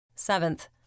Seventh